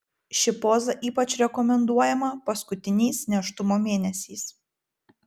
ši poza ypač rekomenduojama paskutiniais nėštumo mėnesiais